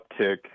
uptick